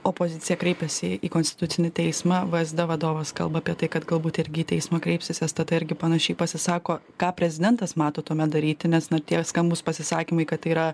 opozicija kreipėsi į konstitucinį teismą vsd vadovas kalba apie tai kad galbūt irgi į teismą kreipsis sst irgi panašiai pasisako ką prezidentas mato tuomet daryti nes na tie skambūs pasisakymai kad tai yra